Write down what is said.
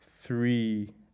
three